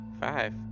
five